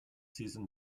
season